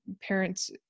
parents